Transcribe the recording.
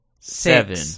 seven